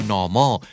Normal